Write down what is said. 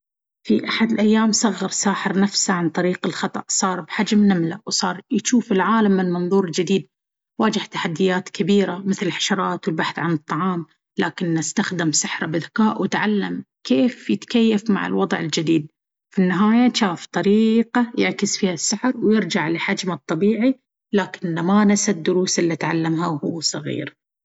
في أحد الأيام، صغَّر ساحر نفسه عن طريق الخطأ. صار بحجم نملة وصار يجوف العالم من منظور جديد. واجه تحديات كبيرة، مثل الحشرات والبحث عن طعام. لكنه استخدم سحره بذكاء وتعلم كيف يتكيف مع الوضع الجديد. في النهاية، جاف طريقة يعكس فيها السحر ويرجع لحجمه الطبيعي، لكنه ما نسى الدروس اللي تعلمها وهو صغير.